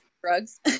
drugs